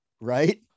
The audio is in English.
right